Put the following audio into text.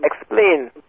explain